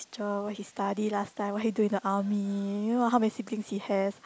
job where he studies last time what he do in the army you know how many siblings he have